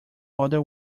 other